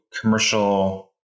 commercial